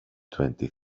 twenty